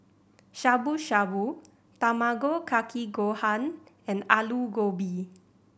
Shabu Shabu Tamago Kake Gohan and Alu Gobi